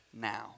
now